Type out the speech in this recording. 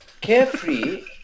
carefree